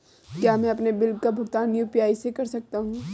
क्या मैं अपने बिल का भुगतान यू.पी.आई से कर सकता हूँ?